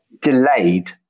delayed